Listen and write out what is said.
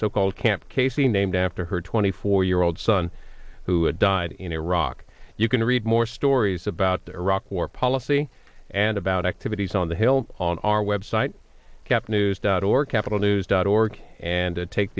so called camp casey named after her twenty four year old son who died in iraq you can read more stories about the iraq war policy and about activities on the hill on our website cap news dot or capital news dot org and to take